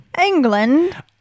England